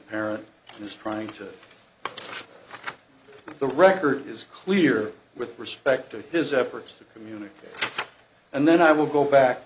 parent who's trying to the record is clear with respect to his efforts to communicate and then i will go back